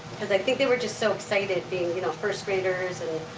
cause i think they were just so excited, being you know first-graders. and